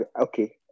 Okay